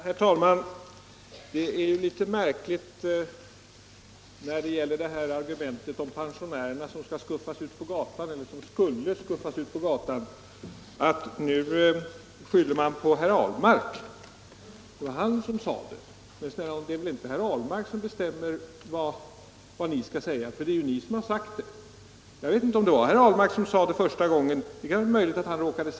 Herr talman! När det gäller argumentet om att pensionärerna skulle skuffas ut på gatan är det litet märkligt, herr Fagerlund, att ni nu skyller på herr Ahlmark. Men det är väl inte herr Ahlmark som bestämmer vad ni skall säga. Det är ju ni som har sagt det här. Det är möjligt att det var herr Ahlmark som råkade säga det allra första gången.